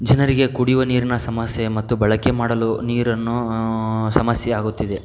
ಜನರಿಗೆ ಕುಡಿಯುವ ನೀರಿನ ಸಮಸ್ಯೆ ಮತ್ತು ಬಳಕೆ ಮಾಡಲು ನೀರನ್ನು ಸಮಸ್ಯೆಯಾಗುತ್ತಿದೆ